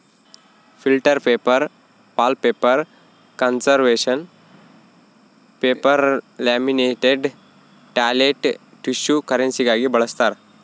filter paper wallpaper conservation paper laminated toilet tissue ಕರೆನ್ಸಿಗಾಗಿ ಬಳಸ್ತಾರ